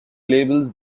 labels